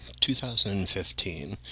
2015